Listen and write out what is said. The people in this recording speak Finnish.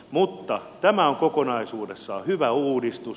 mutta tämä on kokonaisuudessaan hyvä uudistus